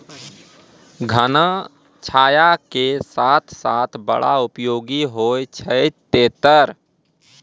घना छाया के साथ साथ बड़ा उपयोगी होय छै तेतर